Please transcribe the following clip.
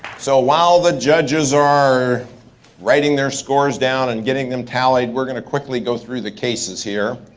so while the judges are writing their scores down and getting them tallied, we're gonna quickly go through the cases here.